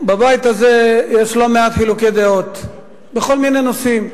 בבית הזה יש לא מעט חילוקי דעות בכל מיני נושאים,